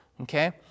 okay